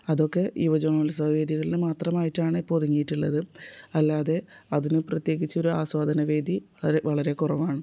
അതൊക്കെ യുവജനോത്സവ വേദികളിൽ മാത്രമായിട്ടാണ് ഇപ്പോൾ ഒതുങ്ങിയിട്ടുള്ളത് അല്ലാതെ അതിന് പ്രത്യേകിച്ച് ഒരാസ്വാദന വേദി വളരെ വളരെ കുറവാണ്